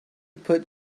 put